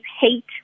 hate